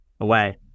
away